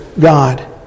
God